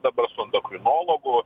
dabar su endokrinologu